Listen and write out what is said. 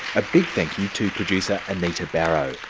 a big thank you to producer anita barraud,